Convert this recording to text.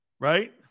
Right